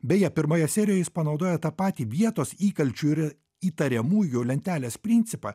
beje pirmoje serijoje jis panaudoja tą patį vietos įkalčių ir įtariamųjų lentelės principą